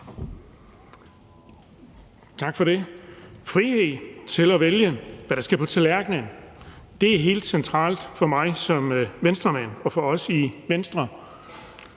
Tak for det. Frihed til at vælge, hvad der skal på tallerkenen, er helt centralt for mig som Venstremand, og god